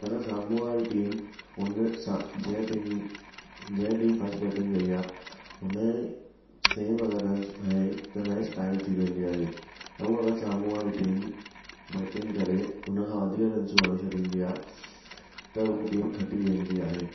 अगरि साम्हूं वारी टीम उन सां जंहिं टीम जंहिं टीम फस्ट बैटिंग कई आहे हुन जे सेम रंस आहे त मैच टाए थी वेंदी आहे ऐं अगरि साम्हूं वारी टीम बैटिंग करे उन खां वधीक रंसियूं हणी छॾींदी आहे त हूअ टीम खटी वेंदी आहे